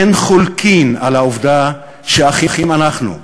אין חולקין על העובדה שאחים אנחנו,